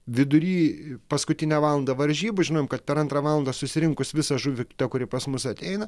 vidury paskutinę valandą varžybų žinom kad per antrą valandą susirinkus visą žuvį kuri pas mus ateina